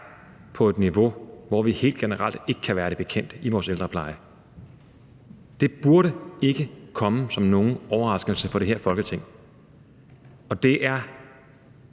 på et niveau, hvor vi helt generelt ikke kan være det bekendt i forhold til vores ældrepleje. Det burde ikke komme som nogen overraskelse for det her Folketing, og det er